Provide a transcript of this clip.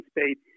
state